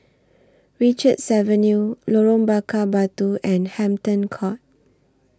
Richards Avenue Lorong Bakar Batu and Hampton Court